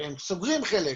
הרי הם סוגרים חלק,